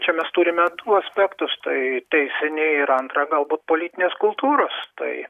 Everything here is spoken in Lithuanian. čia mes turime du aspektus tai teisinį ir antrą galbūt politinės kultūros tai